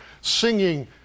singing